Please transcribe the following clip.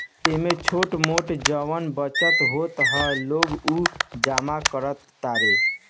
एमे छोट मोट जवन बचत होत ह लोग उ जमा करत तारे